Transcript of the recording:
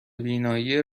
بینایی